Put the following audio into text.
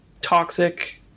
toxic